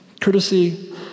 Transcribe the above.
Courtesy